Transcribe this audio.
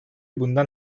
bundan